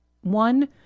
One